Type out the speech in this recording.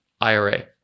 IRA